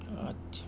اچھا